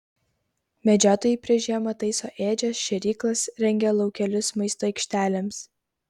medžiotojai prieš žiemą taiso ėdžias šėryklas rengia laukelius maisto aikštelėms